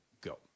go